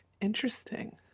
Interesting